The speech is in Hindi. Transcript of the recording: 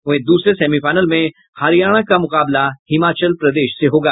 वहीं दूसरे सेमीफाइनल में हरियाणा का मुकाबला हिमाचल प्रदेश से होगा